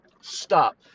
stop